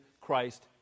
Christ